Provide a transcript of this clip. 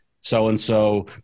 so-and-so